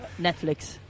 Netflix